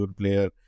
player